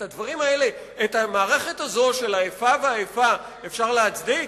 את המערכת הזאת של איפה ואיפה אפשר להצדיק?